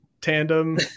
tandem